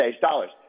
dollars